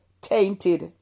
tainted